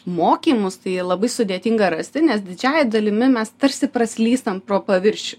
mokymus tai labai sudėtinga rasti nes didžiąja dalimi mes tarsi praslystam pro paviršių